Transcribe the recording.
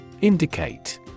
Indicate